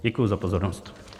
Děkuji za pozornost.